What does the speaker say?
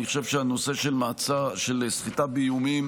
אני חושב שהנושא של סחיטה באיומים